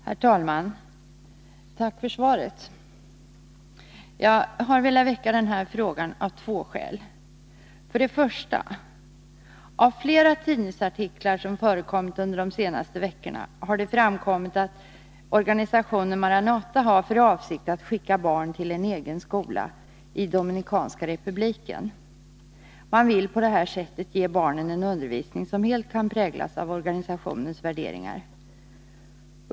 Herr talman! Tack för svaret! Jag har velat väcka den här frågan av två skäl. 1. Av flera tidningsartiklar, som förekommit under de senaste veckorna, har det framkommit att organisationen Maranata har för avsikt att skicka barn till en egen skola i Dominikanska republiken. Man vill på det här sättet ge barnen en undervisning som helt kan präglas av organisationens värderingar.